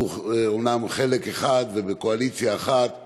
אנחנו אומנם חלק אחד ובקואליציה אחת,